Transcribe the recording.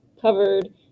covered